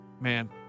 man